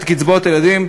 את קצבאות הילדים,